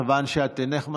מכיוון שאת אינך מצביעה,